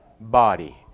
body